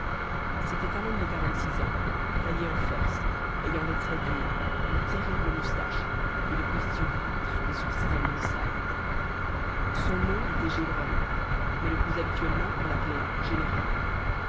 c'était un homme de quarante-six ans taillé en force ayant les traits durs une terrible moustache et de petits yeux gris sous des sourcils en broussailles son nom était gévrol mais le plus habituellement on l'appelait général